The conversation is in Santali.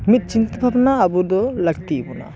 ᱢᱤᱫ ᱪᱤᱱᱛᱟᱹ ᱵᱷᱟᱵᱱᱟ ᱟᱵᱚ ᱫᱚ ᱞᱟᱹᱠᱛᱤ ᱟᱵᱚᱱᱟ